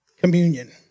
communion